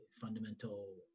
fundamental